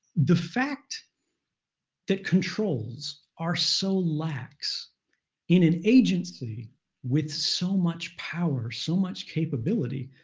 the fact that controls are so lax in an agency with so much power, so much capability,